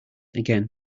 again